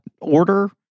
order